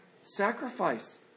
sacrifice